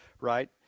right